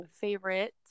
favorite